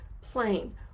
plain